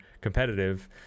competitive